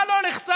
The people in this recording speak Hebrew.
מה לא נחשף?